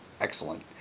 Excellent